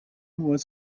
was